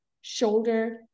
shoulder